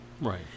Right